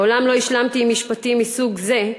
מעולם לא השלמתי עם משפטים מסוג זה.